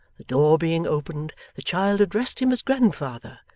the door being opened, the child addressed him as grandfather,